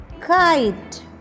kite